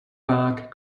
park